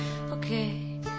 Okay